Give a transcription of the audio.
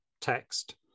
text